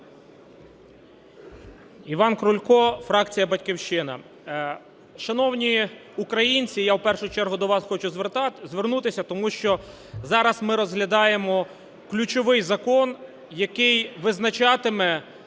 Іван Крулько, фракція "Батьківщина". Шановні українці, я в першу чергу до вас хочу звернутися, тому що зараз ми розглядаємо ключовий закон, який визначатиме,